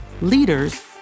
leaders